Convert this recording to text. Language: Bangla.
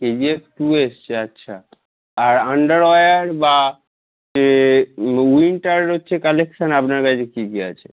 কে জি এফ টু এসেছে আচ্ছা আর আন্ডারওয়্যার বা এ উইন্টার হচ্ছে কালেকশন আপনার কাছে কী কী আছে